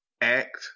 act